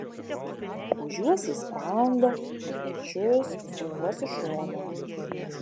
gūžiuosi į sprandą į pečius sukuosi šonan